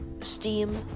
Steam